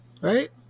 Right